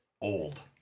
old